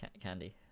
candy